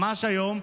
ממש היום,